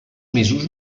mesos